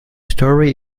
story